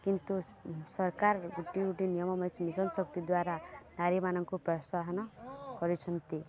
କିନ୍ତୁ ସରକାର ଗୋଟିଏ ଗୋଟିଏ ନିୟମ ମିଶନ ଶକ୍ତି ଦ୍ୱାରା ନାରୀମାନଙ୍କୁ ପ୍ରୋତ୍ସାହନ କରିଛନ୍ତି